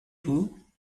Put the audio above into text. vous